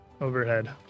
overhead